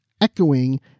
echoing